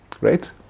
right